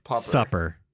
Supper